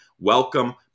welcome